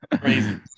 Crazy